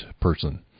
person